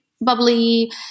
bubbly